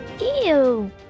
Ew